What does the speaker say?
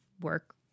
work